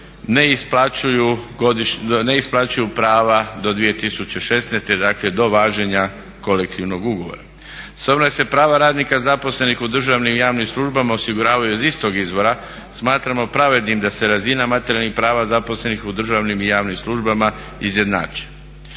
ne isplaćuju prava do 2016., dakle do važenja kolektivnog ugovora. S obzirom da se prava radnika zaposlenih u državnim i javnim službama osiguravaju iz istog izvora smatramo pravednim da se razina materijalnih prava zaposlenih u državnim i javnim službama izjednače.